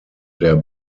der